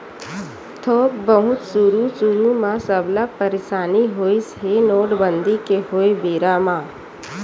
थोक बहुत सुरु सुरु म सबला परसानी होइस हे नोटबंदी के होय बेरा म